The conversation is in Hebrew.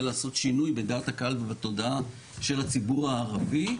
לעשות שינוי בדעת הקהל ובתודעה של הציבור הערבי,